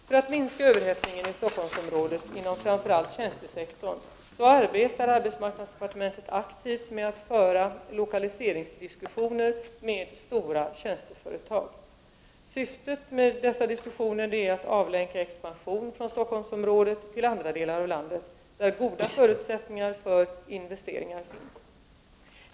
För att minska överhettningen i Stockholmsområdet inom framför allt tjänstesektorn arbetar arbetsmarknadsdepartementet aktivt med att föra diskussioner med stora tjänsteföretag i frågor rörande dessa företags lokali sering. Syftet med dessa diskussioner är att avlänka expansion från Stockholmsområdet till andra delar av landet där goda förutsättningar för investeringar finns.